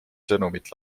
sõnumit